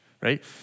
right